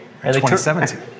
2017